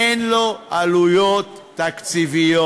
אין לו עלויות תקציביות.